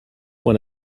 when